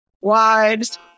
wives